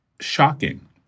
Shocking